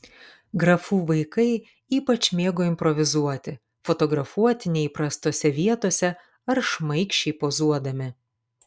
grafų vaikai ypač mėgo improvizuoti fotografuoti neįprastose vietose ar šmaikščiai pozuodami